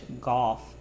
golf